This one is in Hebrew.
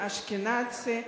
"אשכנאצי",